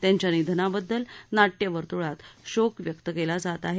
त्यांच्या निधनाबद्दल नाट्यवर्तुळात शोक व्यक्त होत आहे